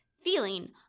feeling